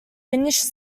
finished